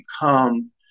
become